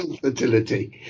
fertility